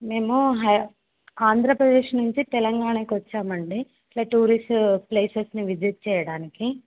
మేము హై ఆంధ్రప్రదేశ్ నుంచి తెలంగాణకి వచ్చాం అండి ఇలా టూరిస్ట్ ప్లేసెస్ని విజిట్ చేయడానికి